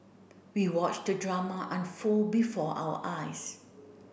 we watched the drama unfold before our eyes